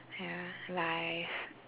ya life